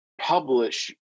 publish